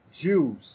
Jews